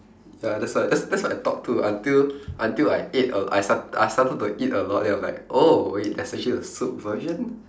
ya that's why that's that's what I thought too until until I ate err I star~ I started to eat a lot then I'm like oh wait there's actually a soup version